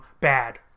bad